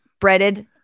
breaded